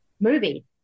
movie